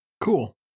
Cool